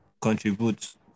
contribute